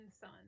son